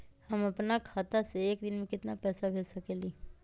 हम अपना खाता से एक दिन में केतना पैसा भेज सकेली?